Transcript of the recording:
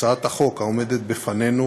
הצעת החוק העומדת בפנינו,